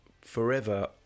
forever